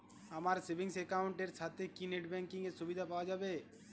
আমার savings account এর সাথে কি নেটব্যাঙ্কিং এর সুবিধা পাওয়া যাবে?